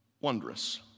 wondrous